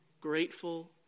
grateful